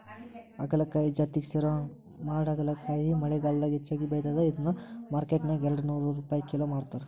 ಹಾಗಲಕಾಯಿ ಜಾತಿಗೆ ಸೇರೋ ಮಾಡಹಾಗಲಕಾಯಿ ಮಳೆಗಾಲದಾಗ ಹೆಚ್ಚಾಗಿ ಬೆಳಿತದ, ಇದನ್ನ ಮಾರ್ಕೆಟ್ನ್ಯಾಗ ಎರಡನೂರ್ ರುಪೈ ಕಿಲೋ ಮಾರ್ತಾರ